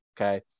Okay